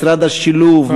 משרד השילוב,